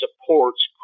supports